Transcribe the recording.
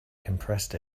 compressed